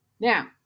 Now